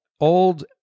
old